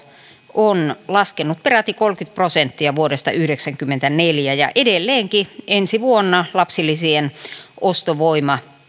on laskenut peräti kolmekymmentä prosenttia vuodesta yhdeksänkymmentäneljä ja edelleenkin ensi vuonna lapsilisien ostovoima